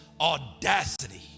audacity